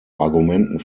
argumenten